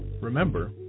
Remember